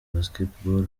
basketball